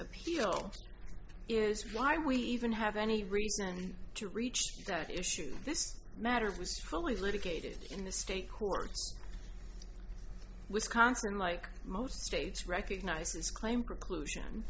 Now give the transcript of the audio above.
appeal is why we even have any reason to reach that issue this matter was fully litigated in the state courts wisconsin unlike most states recognizes claim preclusion